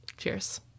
Cheers